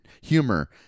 humor